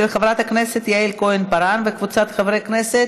של חברת הכנסת יעל כהן-פארן וקבוצת חברי כנסת.